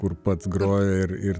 kur pats groja ir ir